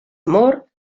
amor